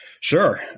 Sure